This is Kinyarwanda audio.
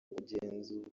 kugenzura